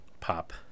pop